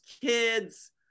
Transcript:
kids